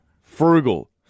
frugal